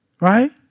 right